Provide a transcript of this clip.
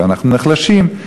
ואנחנו נחלשים.